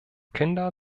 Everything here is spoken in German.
kinder